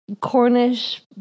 Cornish